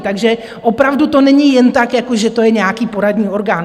Takže opravdu to není jen tak, jako že to je nějaký poradní orgán.